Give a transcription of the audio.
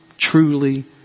truly